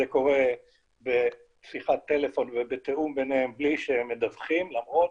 זה קורה בשיחת טלפון ובתיאום ביניהם בלי שהם מדווחים למרות